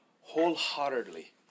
wholeheartedly